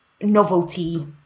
novelty